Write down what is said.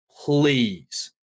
please